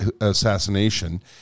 assassination